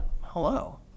Hello